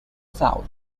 south